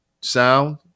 sound